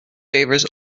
favours